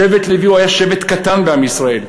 שבט לוי היה שבט קטן בעם ישראל,